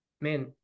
man